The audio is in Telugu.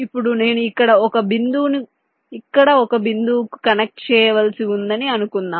ఇప్పుడు నేను ఇక్కడ ఒక బిందువును ఇక్కడ ఒక బిందువుకు కనెక్ట్ చేయవలసి ఉందని అనుకుందాం